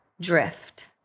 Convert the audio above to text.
drift